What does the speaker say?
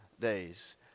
Days